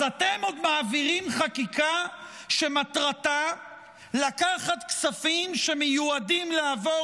אז אתם עוד מעבירים חקיקה שמטרתה לקחת כספים שמיועדים לעבור